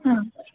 ಹಾಂ